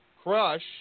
Crush